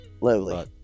lovely